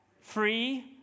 Free